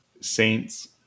Saints